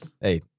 Hey